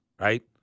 right